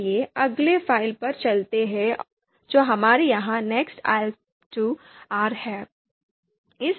चलिए अगली फाइल पर चलते हैं जो हमारे यहाँ next ' ahp2R 'है